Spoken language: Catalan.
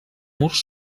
murs